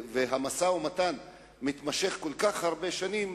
המשא-ומתן מתמשך כל כך הרבה שנים,